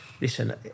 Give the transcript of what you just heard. listen